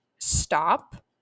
stop